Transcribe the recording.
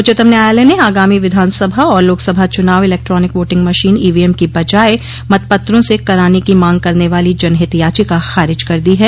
उच्चतम न्याायालय ने आगामी विधानसभा और लोकसभा चुनाव इलेक्ट्रॉनिक वोटिंग मशीन ईवीएम की बजाए मतपत्रों से कराने की मांग करने वाली जनहित याचिका खारिज कर दी है